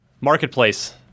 Marketplace